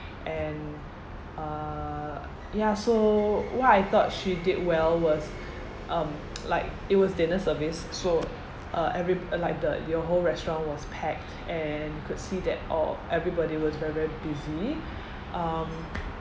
and uh ya so what I thought she did well was um like it was dinner service so uh every uh like the your whole restaurant was packed and you could see that orh everybody was very very busy um